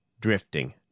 drifting